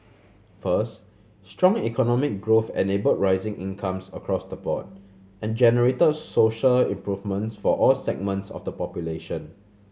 first strong economic growth enabled rising incomes across the board and generated social improvements for all segments of the population